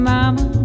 Mama